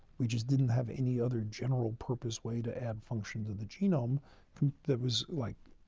we just didn't have any other general-purpose way to add function to the genome that was, like,